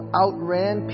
outran